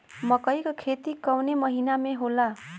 मकई क खेती कवने महीना में होला?